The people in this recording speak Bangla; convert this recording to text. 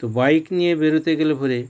তো বাইক নিয়ে বেরোতে গেলে পরে